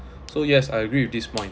so yes I agree with this point